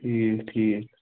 ٹھیٖک ٹھیٖک